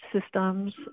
systems